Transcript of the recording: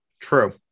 True